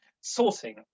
sorting